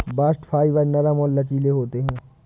bast fibre नरम और लचीले होते हैं